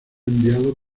enviado